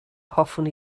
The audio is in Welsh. hoffwn